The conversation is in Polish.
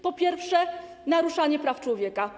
Po pierwsze, naruszanie praw człowieka.